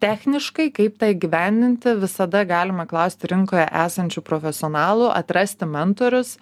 techniškai kaip tą įgyvendinti visada galima klausti rinkoje esančių profesionalų atrasti mentorius